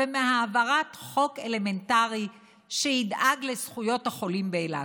ומהעברת חוק אלמנטרי שידאג לזכויות החולים באילת.